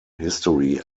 history